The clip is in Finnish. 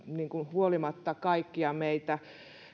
huolimatta kaikkia meitä